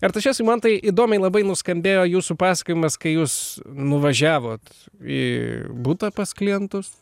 artašesai man tai įdomiai labai nuskambėjo jūsų pasakojimas kai jūs nuvažiavot į butą pas klientus